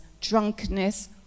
drunkenness